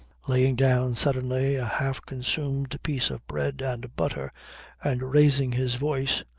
laying down suddenly a half-consumed piece of bread and butter and raising his voice,